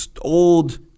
old